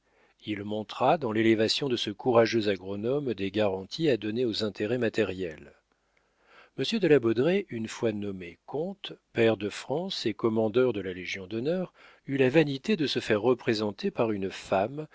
il montra dans l'élévation de ce courageux agronome des garanties à donner aux intérêts matériels monsieur de la baudraye une fois nommé comte pair de france et commandeur de la légion-d'honneur eut la vanité de se faire représenter par une femme